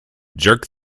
jerk